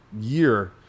year